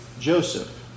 Joseph